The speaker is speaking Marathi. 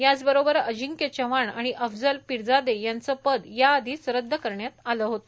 याचबरोबर अजिंक्य चव्हाण आणि अफजल पिरजादे याचे पद याआधीच रद्द करण्यात आले होते